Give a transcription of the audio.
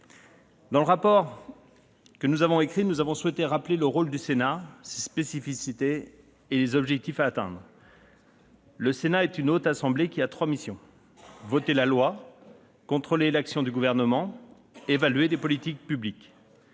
Dans le rapport, nous avons souhaité rappeler le rôle du Sénat, ses spécificités et les objectifs à atteindre. Le Sénat est une haute assemblée qui a trois missions : voter la loi, contrôler l'action du Gouvernement et évaluer les politiques publiques.